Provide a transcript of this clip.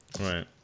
Right